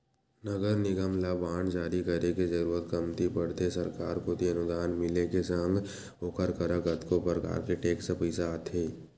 नगर निगम ल बांड जारी करे के जरुरत कमती पड़थे सरकार कोती अनुदान मिले के संग ओखर करा कतको परकार के टेक्स पइसा आथे